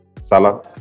Salah